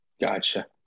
gotcha